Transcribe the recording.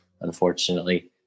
unfortunately